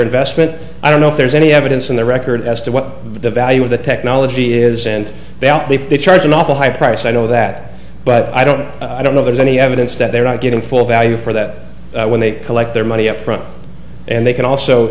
investment i don't know if there's any evidence from the record as to what the value of the technology is and they'll charge an awful high price i know that but i don't know i don't know there's any evidence that they're not getting full value for that when they collect their money upfront and they can also